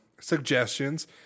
suggestions